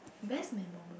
best memoriable